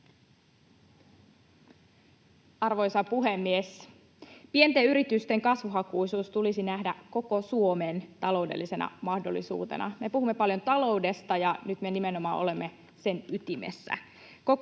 Arvoisa puhemies! Pienten yritysten kasvuhakuisuus tulisi nähdä koko Suomen taloudellisena mahdollisuutena. Me puhumme paljon taloudesta, ja nyt me nimenomaan olemme sen ytimessä.